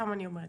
סתם אני אומרת.